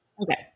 Okay